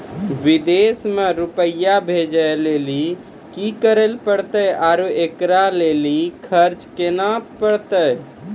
विदेश मे रुपिया भेजैय लेल कि करे परतै और एकरा लेल खर्च केना परतै?